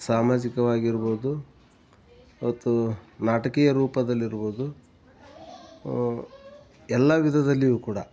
ಸಾಮಾಜಿಕವಾಗಿರ್ಬೋದು ಮತ್ತು ನಾಟಕೀಯ ರೂಪದಲ್ಲಿರ್ಬೋದು ಎಲ್ಲ ವಿಧದಲ್ಲಿಯೂ ಕೂಡ